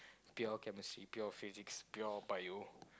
pure chemistry pure physics pure bio